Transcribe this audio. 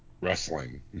wrestling